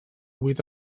vuit